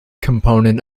component